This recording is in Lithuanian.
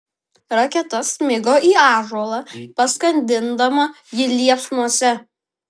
raketa smigo į ąžuolą paskandindama jį liepsnose